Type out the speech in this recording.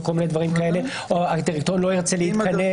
כל מיני דברים כאלה או הדירקטוריון לא ירצה להתכנס,